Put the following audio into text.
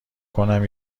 کنم